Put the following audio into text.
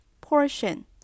Portion